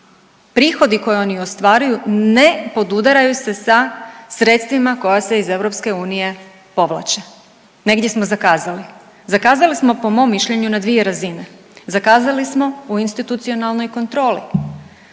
prihodi koje oni ostvaruju ne podudaraju se sa sredstvima koja se iz EU povlače. Negdje smo zakazali. Zakazali smo po mom mišljenju na dvije razine. Zakazali smo u institucionalnoj kontroli,